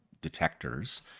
detectors